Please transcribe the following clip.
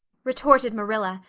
retorted marilla,